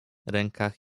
rękach